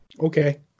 Okay